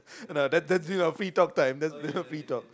no that that free talk time free talk